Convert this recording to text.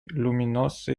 luminose